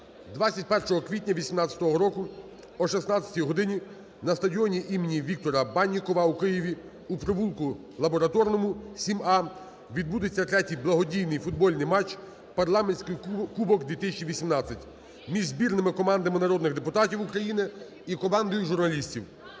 21 квітня 2018 року о 16-й годині на стадіоні імені Віктора Баннікова у Києві у провулку Лабораторному, 7а відбудеться третій благодійний футбольний матч "Парламентський кубок -2018" між збірними командами народних депутатів України і командою журналістів.